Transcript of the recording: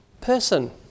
person